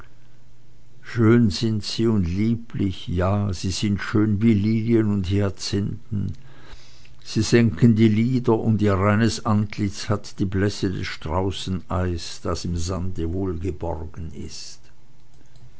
schön sind sie und lieblich ja sie sind schön wie lilien und hyazinthen sie senken die lider und ihr reines antlitz hat die blässe des straußeneis das im sande wohlgeborgen ist